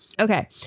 Okay